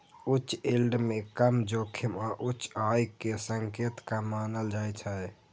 उच्च यील्ड कें कम जोखिम आ उच्च आय के संकेतक मानल जाइ छै